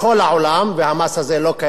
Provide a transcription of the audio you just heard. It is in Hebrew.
והמס הזה לא קיים רק בישראל,